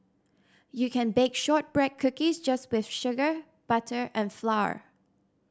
you can bake shortbread cookies just with sugar butter and flour